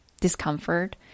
discomfort